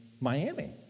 Miami